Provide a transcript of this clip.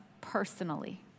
personally